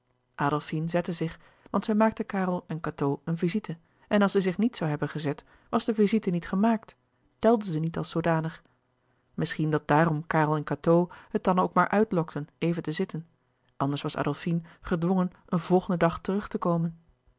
zette zich want zij maakte karel en cateau een visite en als zij zich niet zoû hebben gezet was de visite niet gemaakt telde ze niet als zoodanig misschien dat daarom karel en cateau het dan ook maar uitlokten even te zitten anders was adolfine gedwongen een volgenden dag terug te komen